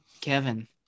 Kevin